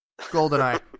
Goldeneye